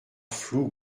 fou